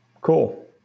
Cool